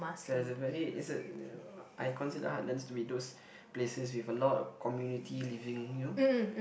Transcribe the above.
is a is a very is a I consider heartlands to be those places with a lot of community living you know